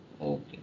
Okay